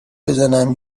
بزنم